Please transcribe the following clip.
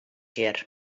hjir